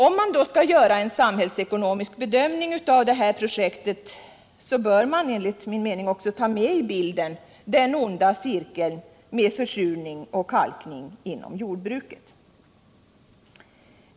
Om man skall göra en samhällsekonomisk bedömning av detta projekt bör man enligt min mening också ta med i bilden den onda cirkeln med försurning och kalkning inom jordbruket.